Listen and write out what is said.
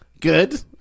Good